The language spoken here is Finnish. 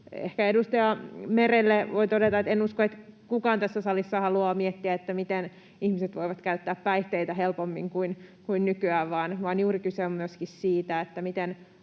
Ehkä edustaja Merelle voi todeta, että en usko, että kukaan tässä salissa haluaa miettiä, miten ihmiset voivat käyttää päihteitä helpommin kuin nykyään. Vaan kyse on juuri myöskin siitä, miten